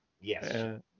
yes